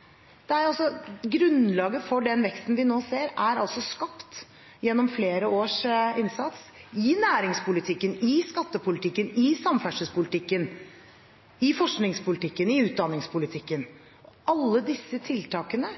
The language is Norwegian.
er det jo proppfullt av i dette budsjettet. Grunnlaget for den veksten vi nå ser, er skapt gjennom flere års innsats i næringspolitikken, i skattepolitikken, i samferdselspolitikken, i forskningspolitikken, i utdanningspolitikken. Alle disse tiltakene